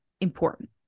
important